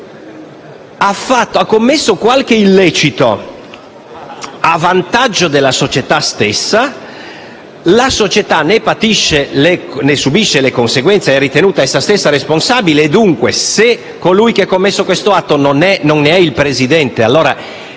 ha commesso qualche illecito a vantaggio della società stessa, la società ne subisce le conseguenze ed è ritenuta essa stessa responsabile. Dunque, se colui che ha commesso questo atto non è il presidente sarà